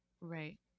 right